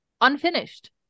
unfinished